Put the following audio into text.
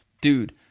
dude